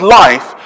life